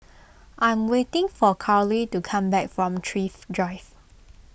I am waiting for Karly to come back from Thrift Drive